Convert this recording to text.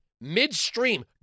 midstream